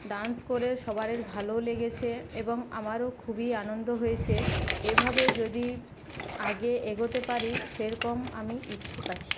dance করে সবারই ভালো লেগেছে এবং আমারও খুবই আনন্দ হয়েছে এভাবে যদি আগে এগোতে পারি সেরকম আমি ইচ্ছুক আছি